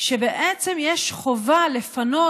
שבעצם יש חובה לפנות